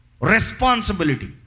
Responsibility